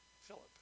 Philip